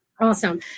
awesome